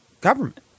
government